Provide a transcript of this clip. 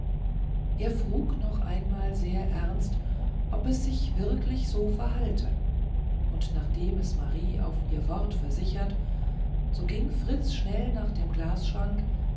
er frug noch einmal sehr ernst ob es sich wirklich so verhalte und nachdem es marie auf ihr wort versichert so ging fritz schnell nach dem glasschrank